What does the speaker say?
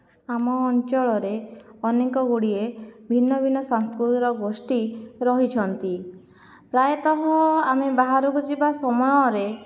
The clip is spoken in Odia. ଆମ ଅଞ୍ଚଳରେ ଅନେକ ଗୁଡ଼ିଏ ଭିନ୍ନ ଭିନ୍ନ ସାଂସ୍କୃତିର ଗୋଷ୍ଠୀ ରହିଛନ୍ତି ପ୍ରାୟତଃ ଆମେ ବାହାରକୁ ଯିବା ସମୟରେ